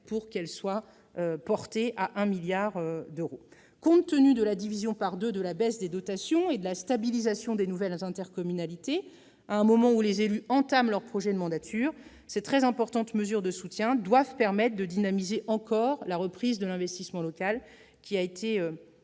pour qu'elle soit portée à 1 milliard d'euros. Compte tenu de la division par deux de la baisse des dotations et de la stabilisation des nouvelles intercommunalités à un moment où les élus entament leurs projets de mandature, ces très importantes mesures de soutien doivent permettre de dynamiser encore la reprise de l'investissement local, qui a été